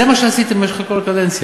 זה מה שעשיתם במשך כל הקדנציה.